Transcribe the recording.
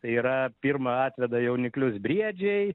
tai yra pirma atveda jauniklius briedžiai